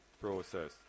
process